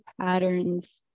patterns